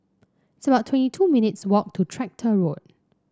it's about twenty two minutes' walk to Tractor Road